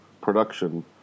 production